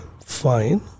fine